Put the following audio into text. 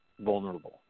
Vulnerable